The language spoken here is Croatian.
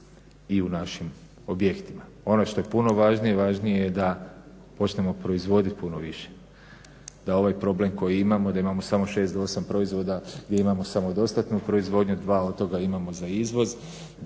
i u našim objektima. Ono što je puno važnije, važnije je da počnemo proizvoditi puno više. Da ovaj problem koji imamo da imamo samo 6 do 8 proizvoda gdje imamo samodostatnu proizvodnju, dva od toga imamo za izvoz